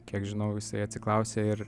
kiek žinau jisai atsiklausė ir